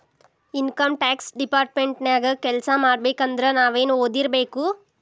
Income tax department ನ್ಯಾಗ್ ಕೆಲ್ಸಾಮಾಡ್ಬೇಕಂದ್ರ ನಾವೇನ್ ಒದಿರ್ಬೇಕು?